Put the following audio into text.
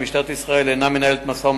משטרת ירושלים נכנסה להר,